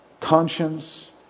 conscience